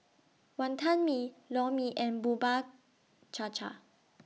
Wantan Mee Lor Mee and Bubur Cha Cha